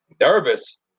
nervous